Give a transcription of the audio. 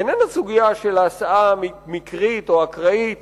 איננה סוגיה של הסעה מקרית או אקראית